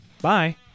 Bye